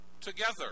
Together